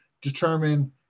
determine